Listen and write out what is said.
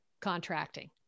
contracting